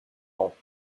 rangs